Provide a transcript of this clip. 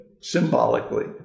symbolically